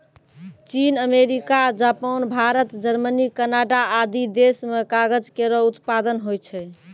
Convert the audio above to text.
चीन, America, Japan, Bharat, Germany, Canada आदि देस म कागज केरो उत्पादन होय छै